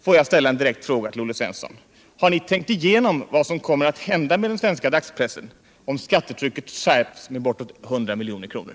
Får jag ställa en direkt fråga till Olle Svensson: Har ni tänkt igenom vad som kommer att hända med den svenska dagspressen om skattetrycket skärps med bortåt 100 milj.kr.?